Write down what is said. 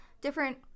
different